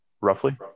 roughly